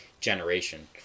generation